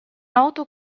noto